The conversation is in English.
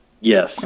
Yes